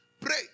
pray